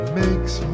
makes